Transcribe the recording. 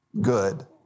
good